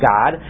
God